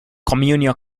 communal